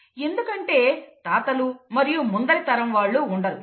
ఎందుకంటే తాతలు మరియు ముందరి తరం వాళ్ళు ఉండరు